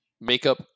makeup